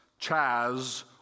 Chaz